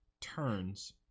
turns